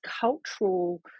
cultural